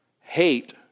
Hate